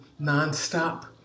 nonstop